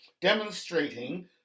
demonstrating